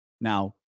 Now